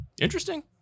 Interesting